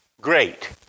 great